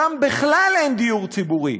שם בכלל אין דיור ציבורי.